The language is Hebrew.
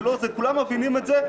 כולם מבינים את זה,